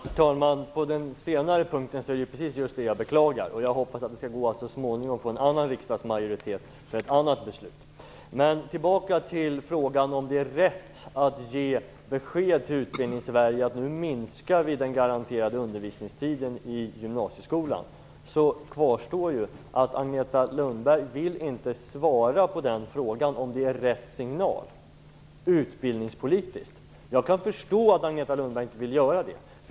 Herr talman! Det senaste är precis det som jag beklagar. Jag hoppas att det så småningom skall gå att få en annan riksdagsmajoritet och ett annat beslut. Men jag skall gå tillbaka till frågan om det är rätt besked till Utbildningssverige att nu minska den garanterade undervisningstiden i gymnasieskolan. Frågan kvarstår. Agneta Lundberg vill inte svara på frågan om det är rätt utbildningspolitisk signal. Jag kan förstå att Agneta Lundberg inte vill göra det.